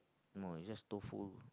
no it's just tofu